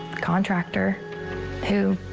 contractor who.